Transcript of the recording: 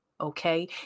okay